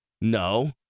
No